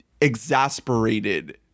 exasperated